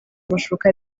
amashuka